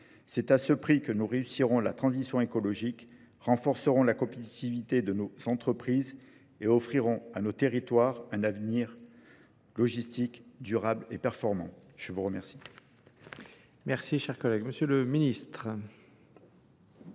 C'est à ce prix que nous réussirons la transition écologique, renforcerons la compétitivité de nos entreprises et offrirons à nos territoires un avenir logistique, durable et performant. Je vous remercie.